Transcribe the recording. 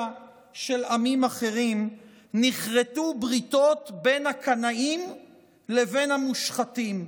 של עמים אחרים נכרתו בריתות בין הקנאים לבין המושחתים.